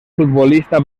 futbolista